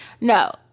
No